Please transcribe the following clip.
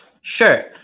Sure